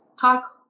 talk